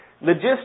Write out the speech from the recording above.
Logistics